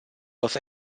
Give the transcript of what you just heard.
los